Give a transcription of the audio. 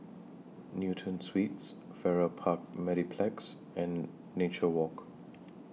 Newton Suites Farrer Park Mediplex and Nature Walk